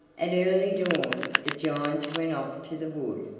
at early dawn the giants went off to the wood,